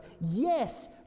Yes